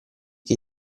che